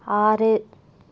ஆறு